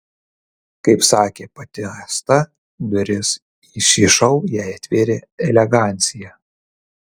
kaip sakė pati asta duris į šį šou jai atvėrė elegancija